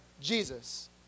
Jesus